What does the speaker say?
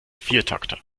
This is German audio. viertakter